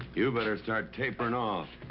you better start tapering off.